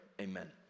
Amen